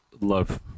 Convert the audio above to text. love